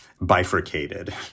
bifurcated